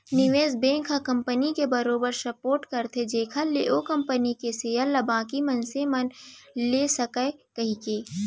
निवेस बेंक ह कंपनी के बरोबर सपोट करथे जेखर ले ओ कंपनी के सेयर ल बाकी मनसे मन ले सकय कहिके